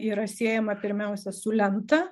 yra siejama pirmiausia su lenta